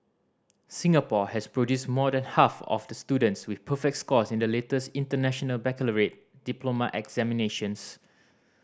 Singapore has produced more than half of the students with perfect scores in the latest International Baccalaureate diploma examinations